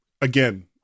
again